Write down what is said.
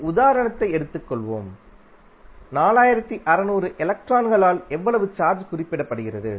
ஒரு உதாரணத்தை எடுத்துக் கொள்வோம் 4600 எலக்ட்ரான்களால் எவ்வளவு சார்ஜ் குறிப்பிடப்படுகிறது